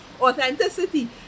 Authenticity